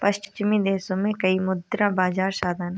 पश्चिमी देशों में कई मुद्रा बाजार साधन हैं